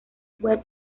web